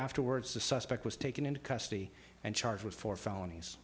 afterwards the suspect was taken into custody and charged with four felonies